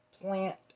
plant